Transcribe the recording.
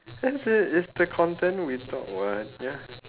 this is it's the content we talk [what] ya